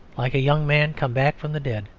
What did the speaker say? like a young man come back from the dead.